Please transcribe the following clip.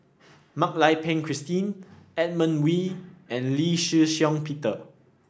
Mak Lai Peng Christine Edmund Wee and Lee Shih Shiong Peter